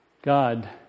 God